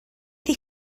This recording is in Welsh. mynd